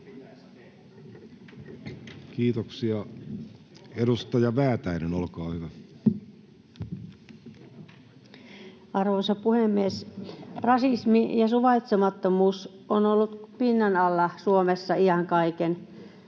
Kiitoksia. — Edustaja Väätäinen, olkaa hyvä. Arvoisa puhemies! Rasismi ja suvaitsemattomuus on ollut pinnan alla Suomessa iän kaiken,